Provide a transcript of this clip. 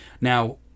Now